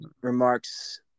remarks